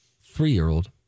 three-year-old